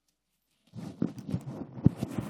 בבקשה, אדוני,